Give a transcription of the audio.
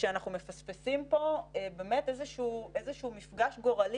ושאנחנו מפספסים פה איזה שהוא מפגש גורלי